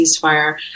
ceasefire